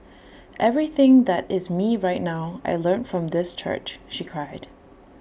everything that is me right now I learnt from this church she cried